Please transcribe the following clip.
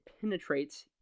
penetrates